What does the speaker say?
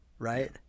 Right